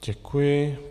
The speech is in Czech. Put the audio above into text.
Děkuji.